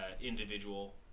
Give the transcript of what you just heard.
individual